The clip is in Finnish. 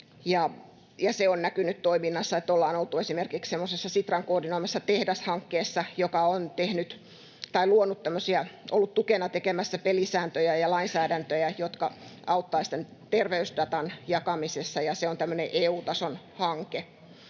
se on näkynyt toiminnassa: ollaan oltu esimerkiksi semmoisessa Sitran koordinoimassa tehdashankkeessa, joka on ollut tukena tekemässä pelisääntöjä ja lainsäädäntöjä, jotka auttavat terveysdatan jakamisessa, ja se on tämmöinen EU-tason hanke.